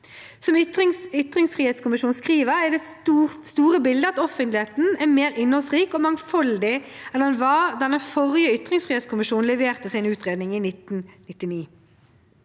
Som ytringsfrihetskommisjonen skriver, er det store bildet at offentligheten er mer innholdsrik og mangfoldig enn den var da den forrige ytringsfrihetskommisjonen leverte sin utredning i 1999.